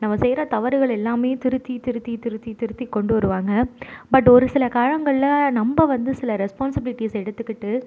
நம்ம செய்கிற தவறுகள் எல்லாமே திருத்தி திருத்தி திருத்தி திருத்தி கொண்டு வருவாங்க பட் ஒரு சில காலங்களில் நம்ப வந்து சில ரெஸ்பான்சிபிலிட்டிஸ் எடுத்துகிட்டு